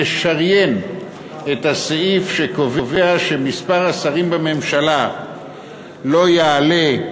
נשריין את הסעיף שקובע שמספר השרים בממשלה לא יעלה,